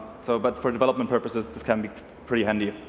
so but for development purposes this can be pretty handy.